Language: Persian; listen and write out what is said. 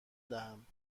دهم